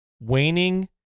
Waning